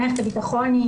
מערכת הביטחון,